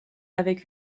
avec